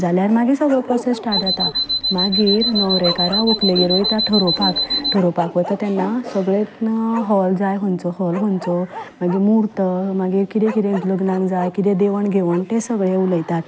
जाल्यार मागीर सगलो प्रोसेस स्टाट जाता मागीर न्हवरेकारां व्हंकलेगेर वयता थारोपाक ठरोपाक वयता तेन्ना यत्न हॉल जाय हॉल खंयचो मागीर म्हूर्त मागीर किदें किदें लग्नाक जाय किदें देवण घेवण तें सगलें उलयतात